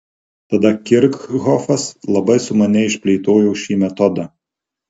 tada kirchhofas labai sumaniai išplėtojo šį metodą